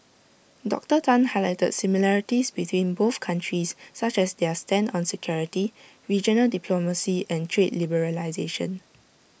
Doctor Tan highlighted similarities between both countries such as their stand on security regional diplomacy and trade liberalisation